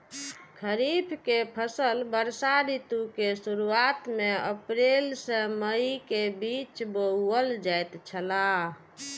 खरीफ के फसल वर्षा ऋतु के शुरुआत में अप्रैल से मई के बीच बौअल जायत छला